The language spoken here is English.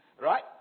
Right